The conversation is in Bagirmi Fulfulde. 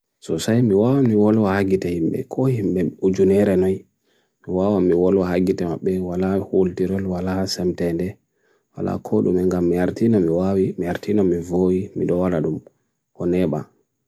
So say, miwawan miwawan wagite himbe, koi himbe, ujunere nai, miwawan miwawan wagite himbe, wala hol tirul, wala samtende, wala kod, umengam miartina miwawi, miartina miwoi, miwawan adum, koneba.